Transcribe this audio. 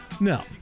no